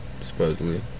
Supposedly